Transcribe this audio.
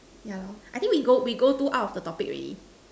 yeah loh I think we go we go to out of the topic already